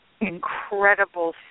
incredible